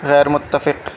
غیر متفق